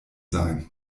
sein